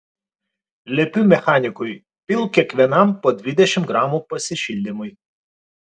liepiu mechanikui pilk kiekvienam po dvidešimt gramų pasišildymui